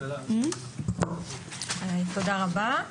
(הצגת מצגת) תודה רבה.